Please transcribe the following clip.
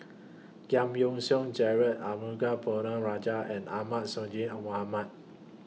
Giam Yean Song Gerald Arumugam Ponnu Rajah and Ahmad Sonhadji A Mohamad